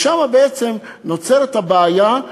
שם נוצרת הבעיה,